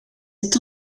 est